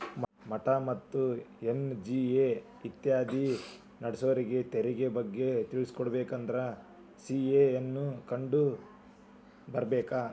ಮಠಾ ಮತ್ತ ಎನ್.ಜಿ.ಒ ಇತ್ಯಾದಿ ನಡ್ಸೋರಿಗೆ ತೆರಿಗೆ ಬಗ್ಗೆ ತಿಳಕೊಬೇಕಂದ್ರ ಸಿ.ಎ ನ್ನ ಕಂಡು ಬರ್ಬೇಕ